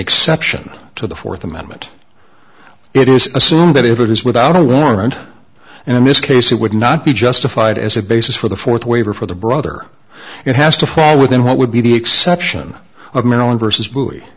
exception to the fourth amendment it is assumed that if it is without a warrant and in this case it would not be justified as a basis for the fourth waiver for the brother it has to fall within what would be the exception of maryland versus bu